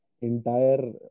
entire